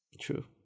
True